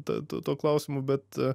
tuo klausimu bet